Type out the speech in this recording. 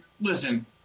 listen